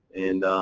and